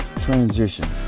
transition